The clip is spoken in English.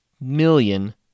million